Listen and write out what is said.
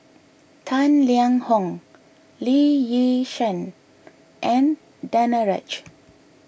Tang Liang Hong Lee Yi Shyan and Danaraj